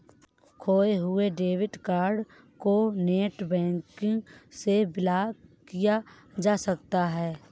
खोये हुए debit card को नेटबैंकिंग से ब्लॉक किया जा सकता है